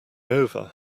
over